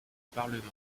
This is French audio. parlement